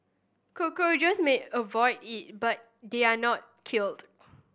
cockroaches may avoid it but they are not killed